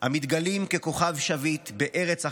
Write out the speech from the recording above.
המתגלים ככוכב שביט בארץ אחת,